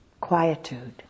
quietude